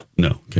No